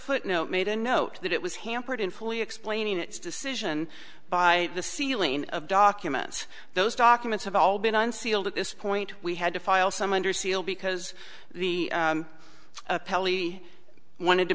footnote made a note that it was hampered in fully explaining its decision by the ceiling of documents those documents have all been unsealed at this point we had to file some under seal because the appellee wanted to